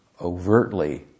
overtly